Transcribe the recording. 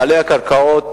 בעלי הקרקעות